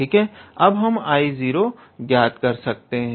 अब हम 𝐼0 ज्ञात कर सकते हैं